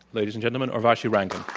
ladies and gentlemen, urvashi rangan.